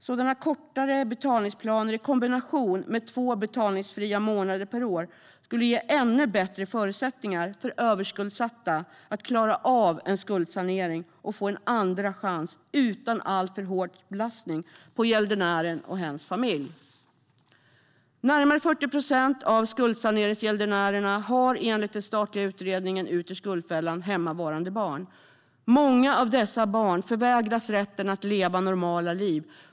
Sådana kortare betalningsplaner i kombination med två betalningsfria månader per år skulle ge ännu bättre förutsättningar för överskuldsatta att klara av en skuldsanering och få en andra chans utan alltför hård belastning på gäldenären och hens familj. Närmare 40 procent av skuldsaneringsgäldenärerna har enligt den statliga skuldsaneringsutredningens betänkande Ut ur skuldfällan hemmavarande barn. Många av dessa barn förvägras rätten att leva normala liv.